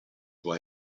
può